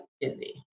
busy